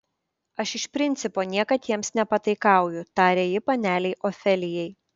aš iš principo niekad jiems nepataikauju tarė ji panelei ofelijai